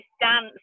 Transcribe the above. dance